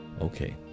Okay